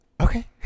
Okay